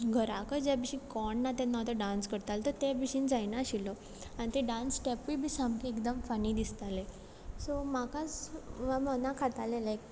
घारको जे भशी कोण ना तेन्ना हांव ते डांस करतालें तें ते भशीन जायना आशिल्लो आनी ते डांस स्टॅपूय बी सामके एकदम फनी दिसताले सो म्हाका सो मा मना खातालें लायक